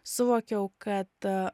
suvokiau kad